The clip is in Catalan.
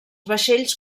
vaixells